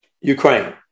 Ukraine